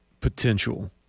potential